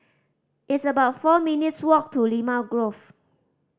it's about four minutes' walk to Limau Grove